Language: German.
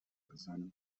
seinen